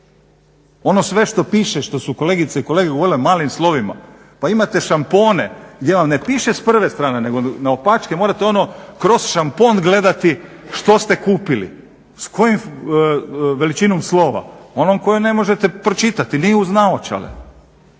Ono sve što piše što su kolegice i kolege govorile malim slovima, pa imate šampone gdje vam ne piše s prve strane nego naopačke morate ono kroz šampon gledati što ste kupili, s kojom veličinom slova, onom koju ne možete pročitati, ni uz naočale.